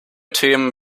themen